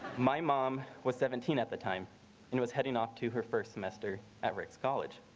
my mom was seventeen at the time and was heading off to her first semester at rick's college.